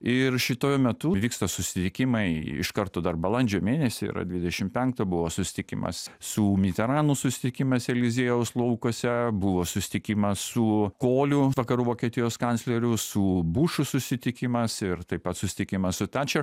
ir šituo metu vyksta susitikimai iš karto dar balandžio mėnesį yra dvidešim penktą buvo susitikimas su miteranu susitikimas eliziejaus laukuose buvo susitikimas su koliu vakarų vokietijos kancleriu su bušu susitikimas ir taip pat susitikimas su tačer